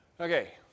okay